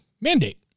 mandate